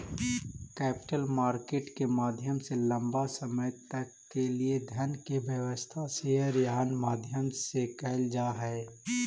capital market के माध्यम से लंबा समय तक के लिए धन के व्यवस्था शेयर या अन्य माध्यम से कैल जा हई